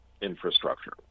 infrastructure